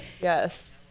Yes